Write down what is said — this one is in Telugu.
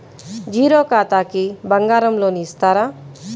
జీరో ఖాతాకి బంగారం లోన్ ఇస్తారా?